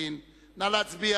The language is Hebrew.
נא להצביע.